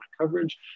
coverage